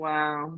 Wow